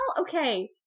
okay